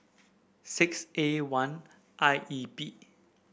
six A one I E P